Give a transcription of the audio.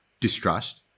distrust